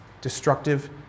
Destructive